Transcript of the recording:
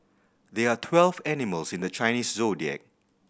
there are twelve animals in the Chinese Zodiac